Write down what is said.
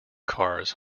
cars